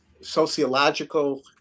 sociological